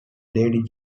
lady